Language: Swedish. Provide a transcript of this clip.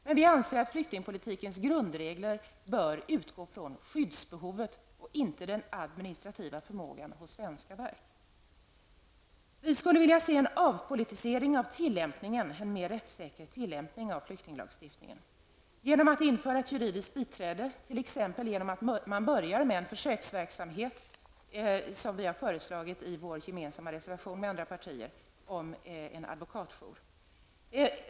Men vi anser att flyktingpolitikens grundregler bör utgå från skyddsbehovet och inte från den administrativa förmågan hos svenska verk. Vi skulle vilja se en avpolitisering av tillämpningen och en mer rättssäker tillämpning av flyktinglagstiftningen genom att man inför ett juridiskt biträde, t.ex. genom att man börjar med en försöksverksamhet. Det har vi föreslagit tillsammans med andra partier i vår gemensamma reservation om en advokatjour.